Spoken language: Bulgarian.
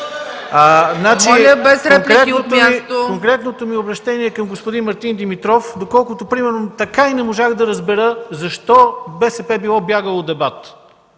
КУТЕВ: Конкретното ми обръщение е към господин Мартин Димитров, доколкото примерно така и не можах да разбера защо БСП било бягало от дебат.